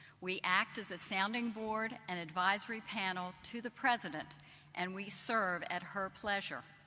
we act as a sounding board and advisory panel to the president and we served at her pleasure.